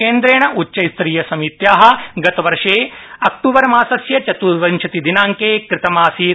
केन्द्रेण उच्च स्तरीय समित्या गठनं गतवर्ष अक्टूबर मासस्य चतुर्विशति दिनांके कृतमासीत्